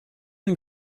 and